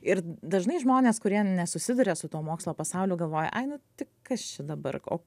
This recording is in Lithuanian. ir dažnai žmonės kurie nesusiduria su tuo mokslo pasauliu galvoja ai tai kas čia dabar o